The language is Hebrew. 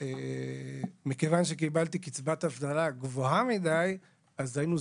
ומכיוון שקיבלתי קצבת אבטלה גבוהה מדי היינו